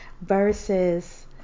verses